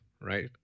right